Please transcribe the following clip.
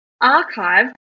archive